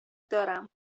دارم